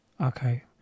Okay